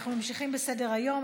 אנחנו ממשיכים בסדר-היום.